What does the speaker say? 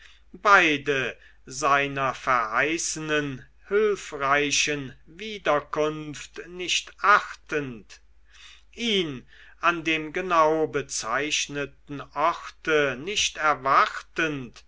beide seiner verheißenen hülfreichen wiederkunft nicht achtend ihn an dem genau bezeichneten orte nicht erwartend